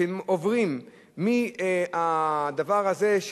שעוברים מהדבר הזה,